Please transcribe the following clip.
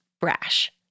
brash